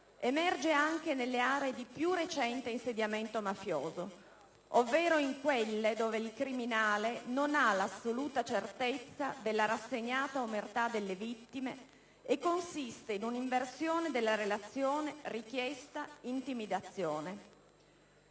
emerge anche nelle aree di più recente insediamento mafioso, ovvero in quelle dove il criminale non ha l'assoluta certezza della rassegnata omertà delle vittime, e consiste in una inversione della relazione richiesta-intimidazione.